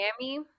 Miami